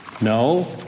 No